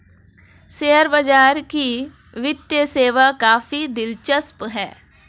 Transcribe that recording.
share बाजार की वित्तीय सेवा काफी दिलचस्प है